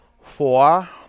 Four